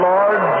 Lord